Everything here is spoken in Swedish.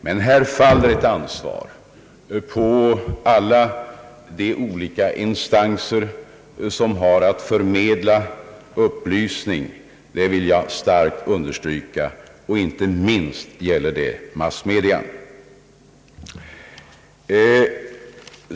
Här faller emellertid ett ansvar på alla de olika instanser som har att förmedla upplysning — det vill jag starkt understryka — och inte minst gäller det massmedia.